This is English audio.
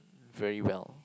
very well